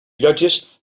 llotges